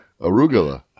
arugula